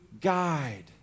guide